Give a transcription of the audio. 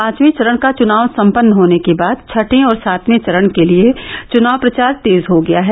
पांचवें चरण का चुनाव सम्पन्न होने के बाद छठें और सातवें चरण के लिये चुनाव प्रचार तेज हो गया है